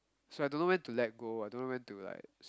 so I don't know when to let go I don't know when to like